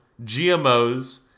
gmos